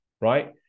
right